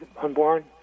unborn